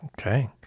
Okay